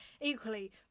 Equally